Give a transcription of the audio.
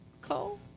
Cole